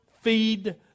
feed